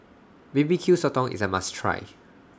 B B Q Sotong IS A must Try